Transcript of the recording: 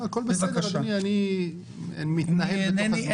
לא, הכול בסדר, אדוני, אני מתנהל בתוך הזמן.